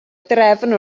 drefn